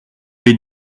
les